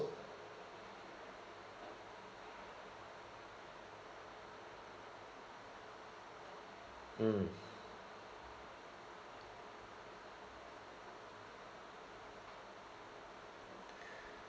mm